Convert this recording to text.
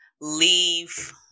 leave